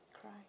cry